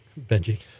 Benji